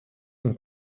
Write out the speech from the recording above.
und